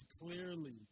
clearly